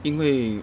因为